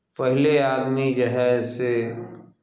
पहिले आदमी जे हए से